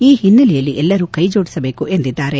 ಈ ಹಿನ್ನೆಲೆಯಲ್ಲಿ ಎಲ್ಲರೂ ಕೈಜೋಡಿಸಬೇಕು ಎಂದು ಹೇಳಿದ್ದಾರೆ